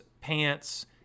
pants